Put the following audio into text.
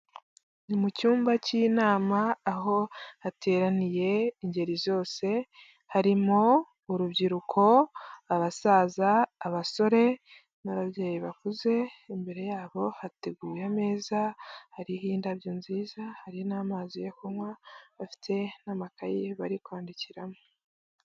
Ni mu cyumba cy'inama aho hateraniye ingeri zose harimo urubyiruko, abasaza, abasore, n'ababyeyi bakuze. Imbere yabo hateguye ameza hariho indabyo nziza, hari n'amazi yo kunywa bafite n'amakaye bari kwandikiramo.